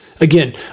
Again